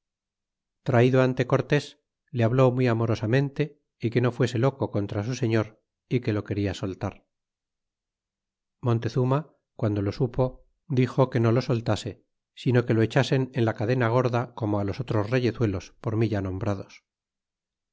traido ante cortés le habló muy amorosamente y que no fuese loco contra su señor y que lo quería soltar y montezuma guando lo supo dixo que no lo soltase sino que lo echasen en la cadena gorda como los otros reyezuelos por mi ya nombrados